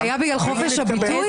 זה היה בגלל חופש הביטוי?